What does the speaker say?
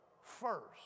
first